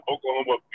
Oklahoma